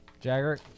Jagger